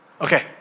Okay